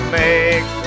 make